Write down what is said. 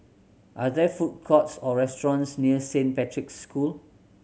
are there food courts or restaurants near Saint Patrick's School